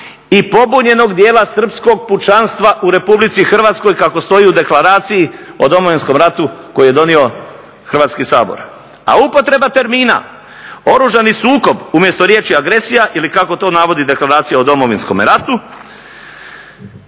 i pobunjenog dijela srpskog pučanstva u Republici Hrvatskoj, kako stoji u Deklaracijo o Domovinskom ratu koju je donio Hrvatski sabor. A upotreba termina oružani sukob umjesto riječi agresija ili kako to navodi Deklaracija o Domovinskom ratu,